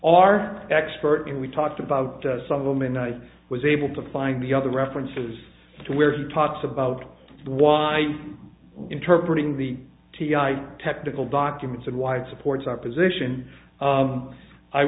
our expert and we talked about some of them and i was able to find the other references to where he talks about why interpreted in the t i technical documents and wide supports our position